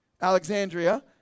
Alexandria